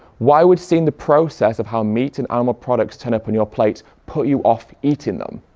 why would seeing the process of how meat and animal products turn up and your plate put you off eating them?